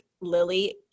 Lily